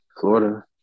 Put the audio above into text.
Florida